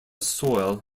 soil